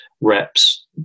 reps